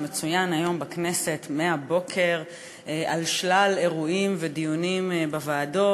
שמצוין היום בכנסת מהבוקר בשלל אירועים ודיונים בוועדות